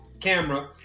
camera